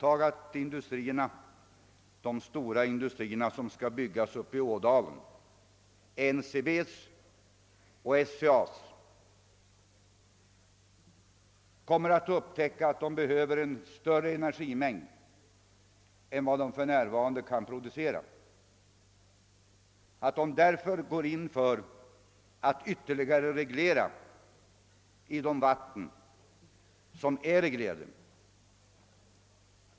Antag att de stora industrierna som skall byggas i Ådalen, NCB:s och SCA :s, kommer att behöva en större energimängd än de för närvarande kan producera och därför går in för att ytterligare reglera i de vatten som är reglerade.